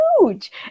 huge